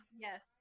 Yes